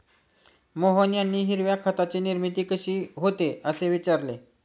मोहन यांनी हिरव्या खताची निर्मिती कशी होते, असे विचारले